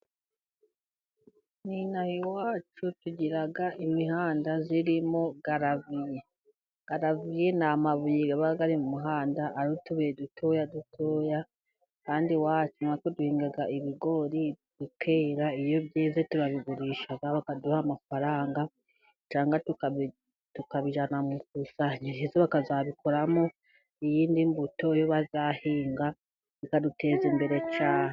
N'inaha iwacu tugira imihanda irimo galaviye. Garaviye ni amabuye aba ari mu muhanda ari utuye dutoya dutoya. Kandi iwacu na twe duhingaga ibigori bikera. Iyo byeze turabigurisha bakaduha amafaranga cyangwa tukabijyana mu ikusanyirizo bakazabikoramo iyindi mbuto yo bazahinga ikaduteza imbere cyane.